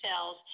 cells